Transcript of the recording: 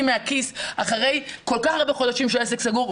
מהכיס אחרי כל כך הרבה חודשים שהעסק סגור,